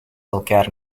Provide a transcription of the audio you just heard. elkaar